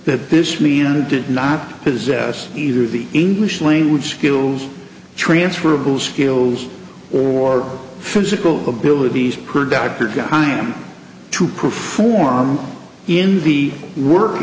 that this media did not possess either the english language skills transferable skills or physical abilities per dr john to perform in the work